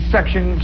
Section